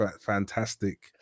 fantastic